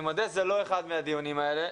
אני מודה שזה לא אחד מהדיונים האלה.